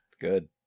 Good